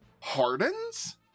hardens